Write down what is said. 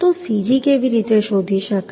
તો cg કેવી રીતે શોધી શકાય